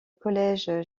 collège